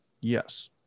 Yes